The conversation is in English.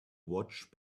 watch